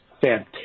fantastic